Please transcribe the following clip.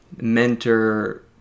mentor